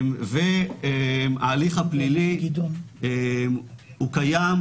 ההליך הפלילי הוא קיים,